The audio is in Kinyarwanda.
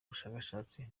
ubushakashatsi